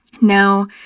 Now